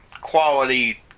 quality